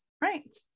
Right